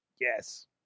Yes